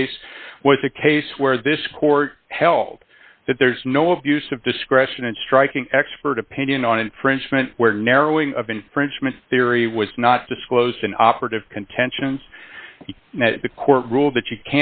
case was a case where this court held that there is no abuse of discretion in striking expert opinion on infringement where narrowing of infringement theory was not disclosed in operative contentions the court ruled that you